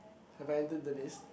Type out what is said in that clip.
have I enter the list